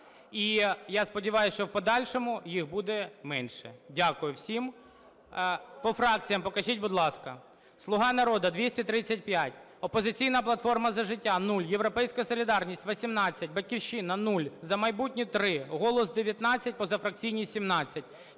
і, я сподіваюсь, що в подальшому їх буде менше. Дякую всім. По фракціям покажіть, будь ласка. "Слуга народу" - 235, "Опозиційна платформа - За життя" – 0, "Європейська солідарність" - 18, "Батьківщина" – 0, "За майбутнє" – 3, "Голос" – 19, позафракційні – 17.